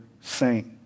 saint